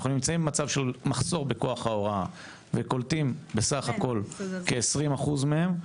ואנחנו נמצאים במצב של מחסור בכוח ההוראה וקולטים בסך הכול כ-20% מהם,